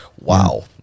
Wow